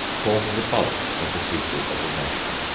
formed the bulk of the people of the nation.